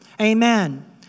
Amen